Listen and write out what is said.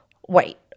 White